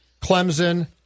Clemson